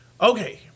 Okay